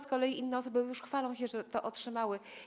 Z kolei inne osoby już chwalą się, że to otrzymały.